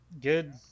good